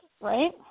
right